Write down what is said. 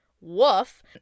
woof